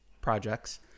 projects